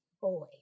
boy